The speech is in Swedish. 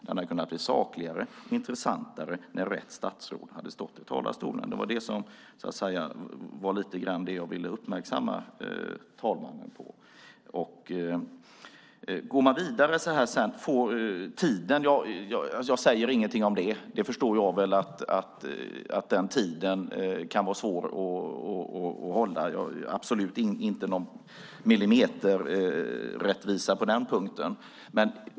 Den hade kunnat bli sakligare och mer intressant om rätt statsråd hade stått i talarstolen. Det var det som jag lite grann ville uppmärksamma talmannen på. Låt oss gå vidare och tala om tiden. Jag säger ingenting om det, utan jag förstår att tiden kan vara svår att hålla. Jag är absolut inte ute efter någon millimeterrättvisa på den punkten.